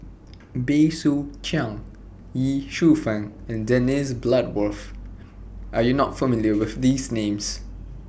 Bey Soo Khiang Ye Shufang and Dennis Bloodworth Are YOU not familiar with These Names